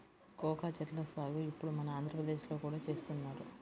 cocoa చెట్ల సాగు ఇప్పుడు మన ఆంధ్రప్రదేశ్ లో కూడా చేస్తున్నారు